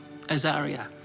Azaria